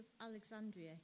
Alexandria